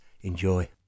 Enjoy